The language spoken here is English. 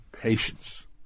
patience